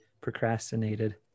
procrastinated